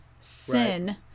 sin